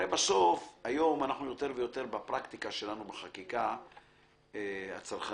היום יותר ויותר בפרקטיקה של החקיקה הצרכנית